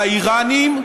האיראנים,